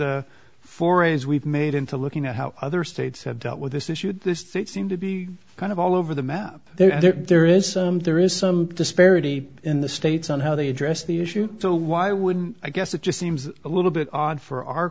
the four a's we've made into looking at how other states have dealt with this issue this states seem to be kind of all over the map there there is some there is some disparity in the states on how they address the issue so why wouldn't i guess it just seems a little bit odd for our